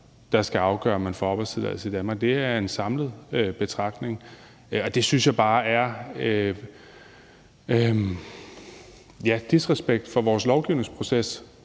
der skal afgøre, om man får opholdstilladelse i Danmark eller ej. Det er en samlet betragtning. Det synes jeg bare er et udtryk for disrespekt for vores lovgivningsproces.